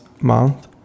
month